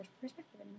perspective